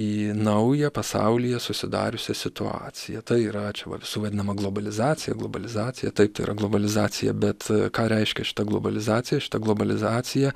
į naują pasaulyje susidariusią situaciją tai yra čia va visų vadinama globalizacija globalizacija taip yra globalizacija bet ką reiškia šita globalizacija šita globalizacija